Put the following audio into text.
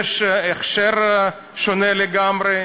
יש הכשר שונה לגמרי,